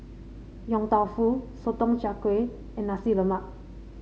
Yong Tau Foo Sotong Char Kway and Nasi Lemak